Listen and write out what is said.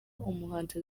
umuhanzi